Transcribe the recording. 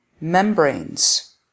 membranes